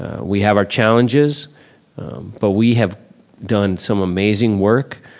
ah we have our challenges but we have done some amazing work.